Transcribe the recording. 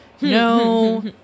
no